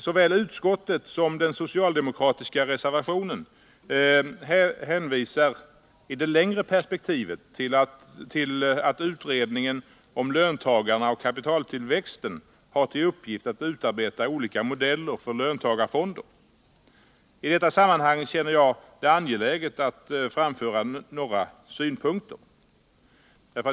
Såväl utskottet som den socialdemokratiska reservationen hänvisar i det längre perspektivet till att utredningen om löntagarna och kapitaltillväxten har till uppgift att utarbeta olika modeller för löntagarfonder. I detta sammanhang känner jag det angeläget att framföra några synpunkter.